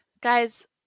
Guys